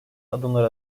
adımlar